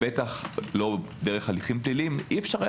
בטח לא דרך הליכים פליליים, אי אפשר היה